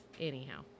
Anyhow